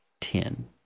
ten